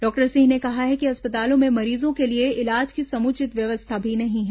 doctor Singh ने कहा कि अस्पतालों में मरीजों के लिए इलाज की समुचित व्यवस्था नहीं है